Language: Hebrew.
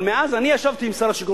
אבל מאז אני ישבתי עם שר השיכון,